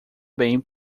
bem